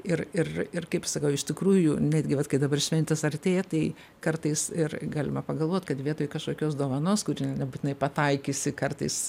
ir ir ir kaip sakau iš tikrųjų netgi vat kai dabar šventės artėja tai kartais ir galima pagalvot kad vietoj kašokios dovanos kuri nebūtinai pataikysi kartais